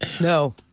no